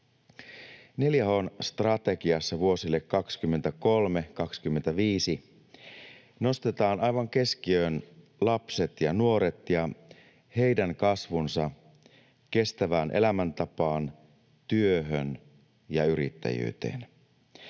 4H:n strategiassa vuosille 23—25 nostetaan aivan keskiöön lapset ja nuoret ja heidän kasvunsa kestävään elämäntapaan, työhön ja yrittäjyyteen.